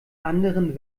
anderen